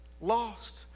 Lost